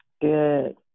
Good